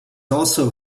also